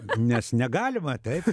nes negalima taip